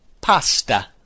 pasta